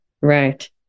right